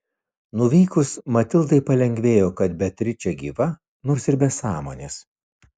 nuvykus matildai palengvėjo kad beatričė gyva nors ir be sąmonės